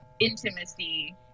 intimacy